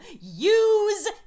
use